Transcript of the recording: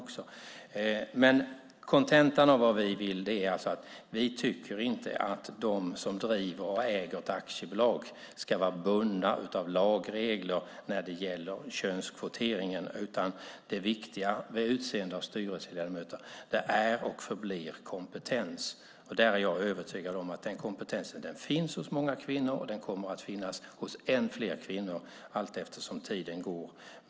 Kontentan är att vi inte tycker att de som driver och äger företag ska vara bundna av lagregler när det gäller könskvoteringen. Det viktiga vid utseende av styrelseledamöter är och förblir kompetens. Där är jag övertygad om att den kompetensen finns hos många kvinnor. Den kommer att finnas hos än fler kvinnor allt eftersom tiden går.